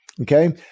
Okay